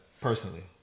personally